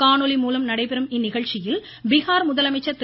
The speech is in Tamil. காணொலி மூலம் நடைபெறும் இந்நிகழ்ச்சியில் பீகார் முதலமைச்சர் திரு